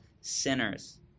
sinners